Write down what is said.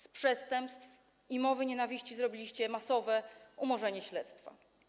Z przestępstw i mowy nienawiści zrobiliście masowe umorzenie śledztwa.